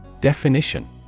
Definition